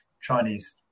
Chinese